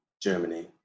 Germany